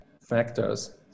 factors